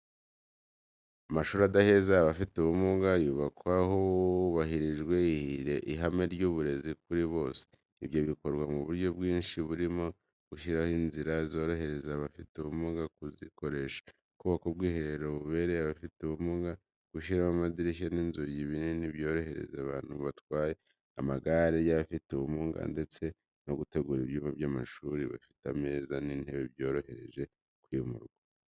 Amashuri adaheza abafite ubumuga, yubakwa hubahirijwe ihame ry’uburezi kuri bose. Ibyo bikorwa mu buryo bwinshi burimo gushyiraho inzira zorohereza abafite ubumuga kuzikoresha, kubaka ubwiherero bubereye abafite ubumuga, gushyiramo amadirishya n’inzugi binini byorohereza umuntu utwaye igare ry’abafite ubumuga, ndetse no gutegura ibyumba by’amashuri bifite ameza n’intebe byoroheje kwimurwa. Si ibi gusa hari n’ibindi byinshi.